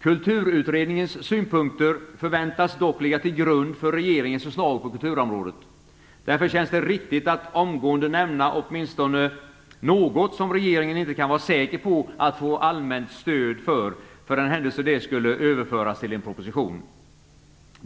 Kulturutredningens synpunkter förväntas dock ligga till grund för regeringens förslag på kulturområdet. Därför känns det riktigt att omgående nämna åtminstone något som regeringen inte kan vara säker på att få allmänt stöd för, för den händelse det skulle överföras till en proposition.